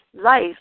life